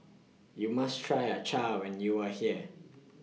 YOU must Try Acar when YOU Are here